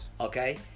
Okay